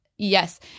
Yes